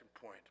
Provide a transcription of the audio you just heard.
point